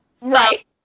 right